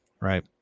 right